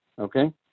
okay